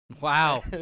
Wow